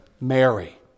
Mary